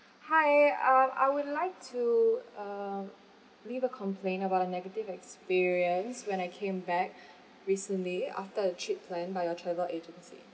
hi uh I would like to um leave a complaint about a negative experience when I came back recently after a trip planned by your travel agency